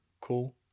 Cool